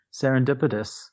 serendipitous